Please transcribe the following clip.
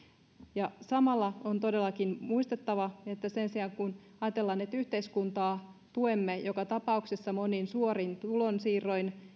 ja samalla on todellakin muistettava että kun ajatellaan että yhteiskuntaa tuemme joka tapauksessa monin suorin tulonsiirroin